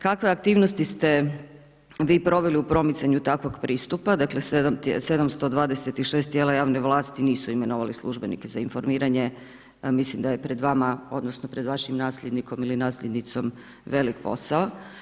Kakve aktivnosti ste vi proveli u promicanju takvog pristupa, dakle 726 tijela javne vlasti nisu imenovali službenike za informiranje, mislim da je pred vama odnosno pred vašim nasljednikom ili nasljednicom velik posao.